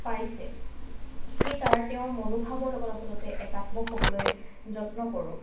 পাৰিছে সেই তাৰ তেওঁৰ মনোভাবৰ লগত আচলতে একাত্ম হ'বলৈ যত্ন কৰোঁ